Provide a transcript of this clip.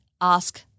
ask